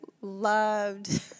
loved